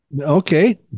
Okay